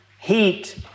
heat